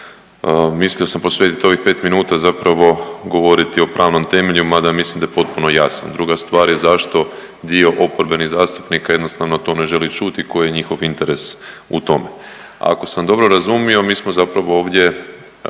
mislio sam posvetiti ovih 5 minuta zapravo govoriti o pravnom temelju mada mislim da je potpuno jasna. Druga stvar je zašto dio oporbenih zastupnika jednostavno ne želi čuti koji je njihov interes u tome. Ako sam dobro razumio mi smo zapravo ovdje